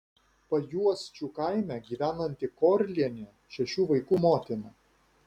pajuosčių kaime gyvenanti korlienė šešių vaikų motina